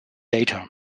data